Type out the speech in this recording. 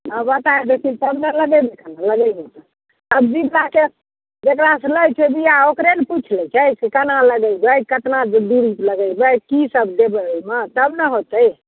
हँ बताए देथिन तब ने लगैबै लगैबै सबजीटाके जेकरा से लै छै बिआ ओकरे ने पुछि लै छै से केना लगैबै केतना दुरी पर लगैबै की देबै ओहिमे तब ने होयतै